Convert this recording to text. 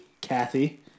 kathy